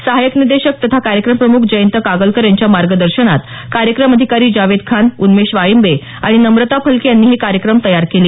सहायक निदेशक तथा कार्यक्रम प्रमुख जयंत कागलकर यांच्या मार्गदर्शनात कार्यक्रम अधिकारी जावेद खान उन्मेष वाळिंबे आणि नम्रता फलके यांनी हे कार्यक्रम तयार केले